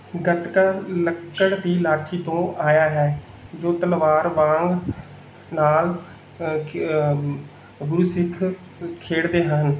ਗੱਤਕਾ ਲੱਕੜ ਦੀ ਲਾਠੀ ਤੋਂ ਆਇਆ ਹੈ ਜੋ ਤਲਵਾਰ ਵਾਂਗ ਨਾਲ ਅ ਕਿ ਅ ਗੁਰੂ ਸਿੱਖ ਖੇਡਦੇ ਹਨ